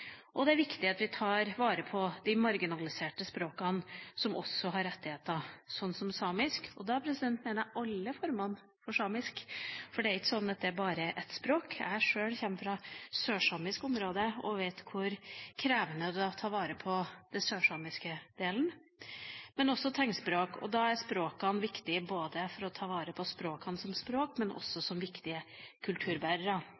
Og det er viktig at vi tar vare på de marginaliserte språkene som også har rettigheter, som samisk. Da mener jeg alle formene for samisk, for det er ikke sånn at det bare er ett språk – jeg selv kommer fra sørsamisk område og vet hvor krevende det er å ta vare på den sørsamiske delen – men også tegnspråk. Da er språkene viktige for å ta vare på språkene både som språk